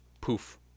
poof